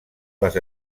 les